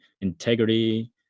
integrity